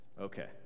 Okay